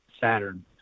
Saturn